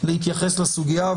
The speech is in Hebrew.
להתייחס לסוגיה,